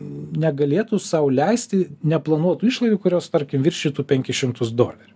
negalėtų sau leisti neplanuotų išlaidų kurios tarkim viršytų penkis šimtus dolerių